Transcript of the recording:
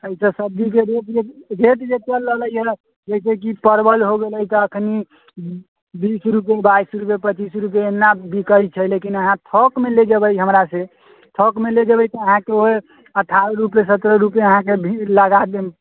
एहिसँ सब्जीके रेट जे रेट जे चलि रहले है जैसे कि परवल हो गेलै तऽ अखनि बीस रुपिये बाइस रुपिये पच्चीस रुपिये नहि बिकै छै लेकिन अहाँ थोकमे लै लए जेबै हमरा से थोकमे लै जेबै तऽ अहाँके उहै अठारह रुपिये सतरह रुपिये अहाँके भी लगा देब